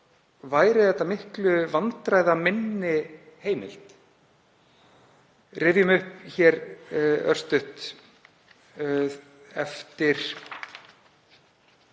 væri þetta miklu vandræðaminni heimild. Rifjum upp hér örstutt